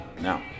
Now